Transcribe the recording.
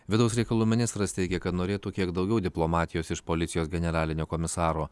vidaus reikalų ministras teigia kad norėtų kiek daugiau diplomatijos iš policijos generalinio komisaro